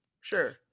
sure